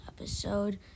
episode